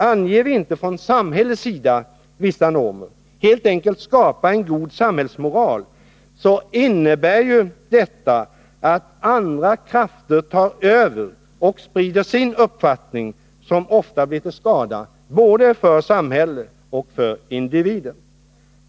Anger vi inte från samhällets sida vissa normer — helt enkelt skapar en god samhällsmoral— innebär detta bara att andra krafter tar över och sprider sin uppfattning, som ofta blir till skada både för samhället och för individen.